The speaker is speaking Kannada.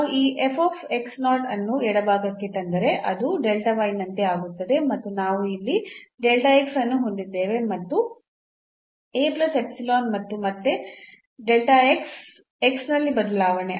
ನಾವು ಈ ಅನ್ನು ಎಡಭಾಗಕ್ಕೆ ತಂದರೆ ಅದು ನಂತೆ ಆಗುತ್ತದೆ ಮತ್ತು ನಾವು ಇಲ್ಲಿ ಅನ್ನು ಹೊಂದಿದ್ದೇವೆ ಮತ್ತು ಮತ್ತು ಮತ್ತೆ ನಲ್ಲಿ ಬದಲಾವಣೆ